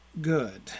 Good